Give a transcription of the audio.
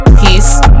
Peace